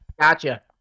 gotcha